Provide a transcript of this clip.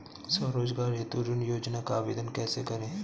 स्वरोजगार हेतु ऋण योजना का आवेदन कैसे करें?